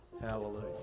Hallelujah